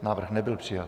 Návrh nebyl přijat.